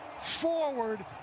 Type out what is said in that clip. forward